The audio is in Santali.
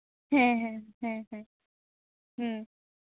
ᱦᱮᱸ ᱦᱮᱸ ᱦᱮᱸ ᱦᱮᱸ ᱦᱮᱸ